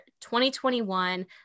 2021